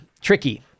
tricky